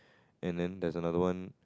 and then there's another one